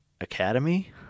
Academy